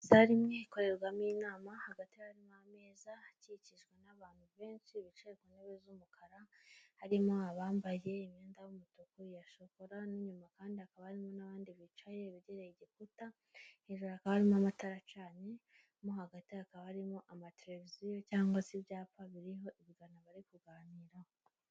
Sare imwe ikorerwamo inama hagati harimo ameza akikijwe n'abantu benshi bicaye ku ntebe z'umukara harimo abambaye imyenda y'umutuku, ya shokora n'inyuma kandi hakaba harimo n'abandi bicaye begereye igikuta ,hejuru hakaba harimo amatara acanye mo hagati hakaba harimo amatereviziyo cyangwa se ibyapa biriho ibiganiro bari kuganiraho.